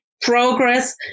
progress